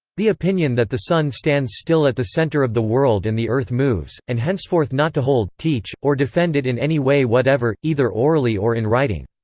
the opinion that the sun stands still at the center of the world and the earth moves, and henceforth not to hold, teach, or defend it in any way whatever, either orally or in writing.